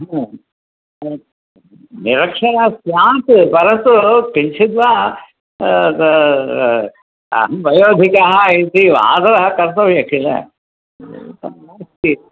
हा निरक्षयः स्यात् परन्तु किञ्चित् वा अहं भयभीतः इति आदरः कर्तव्यः किल इति